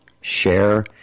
share